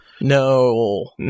No